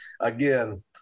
again